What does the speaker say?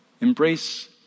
embrace